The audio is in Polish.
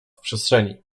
przestrzeni